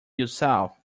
yourself